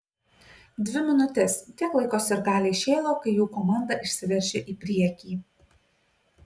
dvi minutes tiek laiko sirgaliai šėlo kai jų komanda išsiveržė į priekį